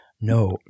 No